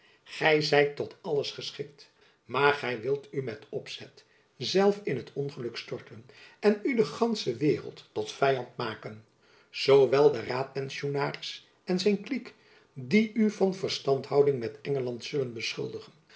gy zijt tot alles geschikt maar gy wilt u met opzet zelf in het ongeluk storten en u de gansche waereld tot vyand maken zoo wel den raadpensionaris en zijn kliek die u van verstandhouding met engeland zullen beschuldigen